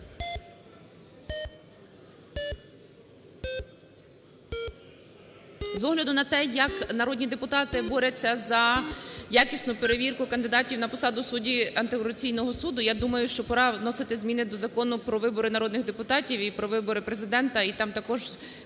З огляду на те, як народні депутати борються за якісну перевірку кандидатів на посаду суддів антикорупційного суду, я думаю, що пора вносити зміни до Закону "Про вибори народних депутатів" і "Про вибори Президента" і там також